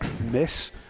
miss